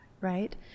right